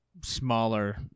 smaller